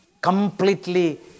completely